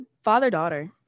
father-daughter